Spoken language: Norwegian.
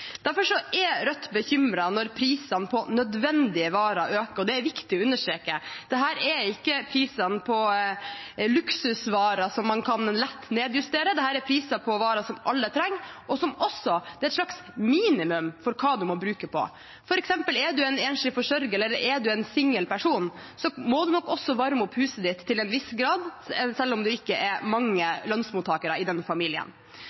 er Rødt bekymret når prisene på nødvendige varer øker. Det er viktig å understreke at dette er ikke priser på luksusvarer man lett kan nedjustere, dette er priser på varer som alle trenger, og som det også er et slags minimum for hva man må bruke på. Er man f.eks. en enslig forsørger eller en singel person, må man også varme opp huset til en viss grad selv om man ikke er mange lønnsmottakere i den familien.